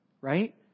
right